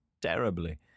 terribly